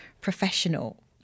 professional